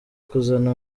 kuzana